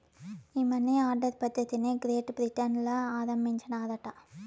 ఈ money order పద్ధతిది Great Britain ల ఆరంబించినారట